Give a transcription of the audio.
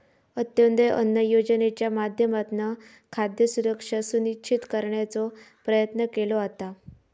अंत्योदय अन्न योजनेच्या माध्यमातना खाद्य सुरक्षा सुनिश्चित करण्याचो प्रयत्न केलो जाता